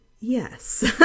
yes